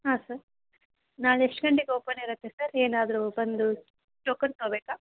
ಹಾಂ ಸರ್ ನಾಳೆ ಎಷ್ಟು ಗಂಟೆಗೆ ಓಪನ್ ಇರುತ್ತೆ ಸರ್ ಏನಾದ್ರು ಬಂದು ಟೋಕನ್ ತಗೋಬೇಕಾ